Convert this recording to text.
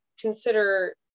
consider